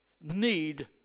need